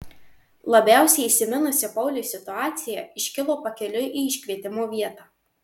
labiausiai įsiminusi pauliui situacija iškilo pakeliui į iškvietimo vietą